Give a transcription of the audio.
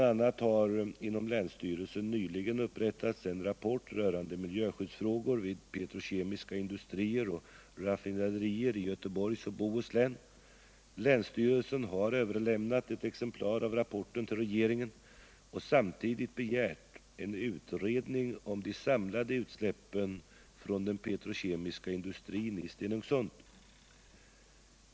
a. har inom länsstyrelsen nyligen upprättats en rapport rörande miljöskyddsfrågor vid petrokemiska industrier och raffinaderier i Göteborgs och Bohus län. Länsstyrelsen har överlämnat ett exemplar av rapporten till regeringen och samtidigt begärt en utredning om de samlade utsläppen från den petrokemiska industrin i Stenungsund.